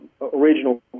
original